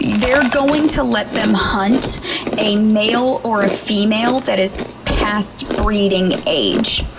they're going to let them hunt a male or a female that is past breeding age.